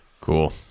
Cool